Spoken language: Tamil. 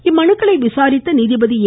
இம்மனுக்களை விசாரித்தநீதிபதி ஏ